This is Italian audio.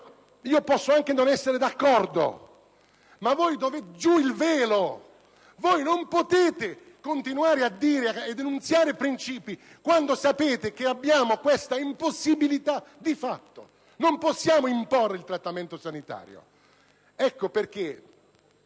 Posso anche non essere d'accordo, ma tirate giù il velo: non potete continuare ad enunziare principi, quando sapete che abbiamo quest'impossibilità di fatto: non possiamo imporre il trattamento sanitario. Ecco perché